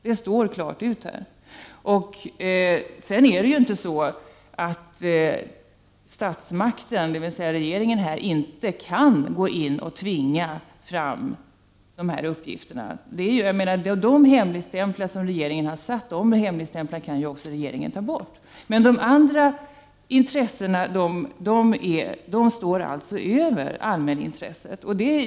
Det är klart utsagt i svaret. Det är inte så att statsmakten, dvs. regeringen, inte kan gå in och tvinga fram de här uppgifterna. De hemligstämplar som regeringen har satt kan re geringen också ta bort. Men de andra intressena står alltså över allmänintresset.